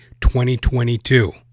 2022